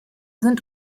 sind